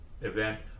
event